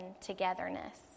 togetherness